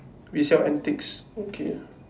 we sell antiques okay